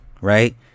Right